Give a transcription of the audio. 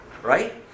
right